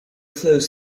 flows